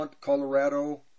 Colorado